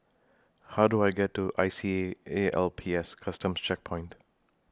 How Do I get to I C A A L P S Customs Checkpoint